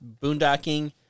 boondocking